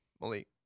Malik